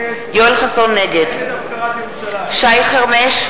נגד שי חרמש,